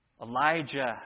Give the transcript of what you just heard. Elijah